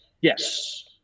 Yes